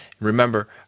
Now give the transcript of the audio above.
Remember